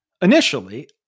initially